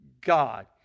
God